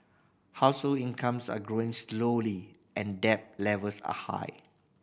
household incomes are growing slowly and debt levels are high